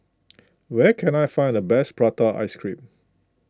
where can I find the best Prata Ice Cream